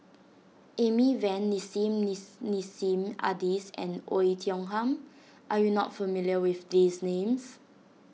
Amy Van Nissim Nassim Adis and Oei Tiong Ham are you not familiar with these names